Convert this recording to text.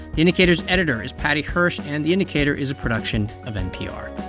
the indicator's editor is paddy hirsch, and the indicator is a production of npr